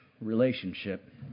relationship